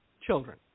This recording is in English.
Children